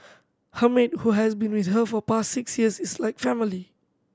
her maid who has been with her for past six years is like family